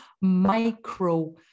micro